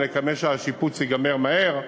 אבל נקווה שהשיפוץ ייגמר מהר,